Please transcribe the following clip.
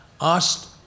asked